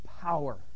power